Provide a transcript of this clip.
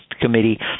Committee